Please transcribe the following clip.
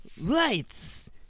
lights